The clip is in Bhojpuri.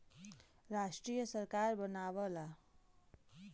राष्ट्रीय सरकार बनावला